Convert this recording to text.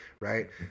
right